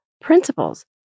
principles